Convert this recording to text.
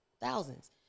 thousands